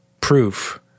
proof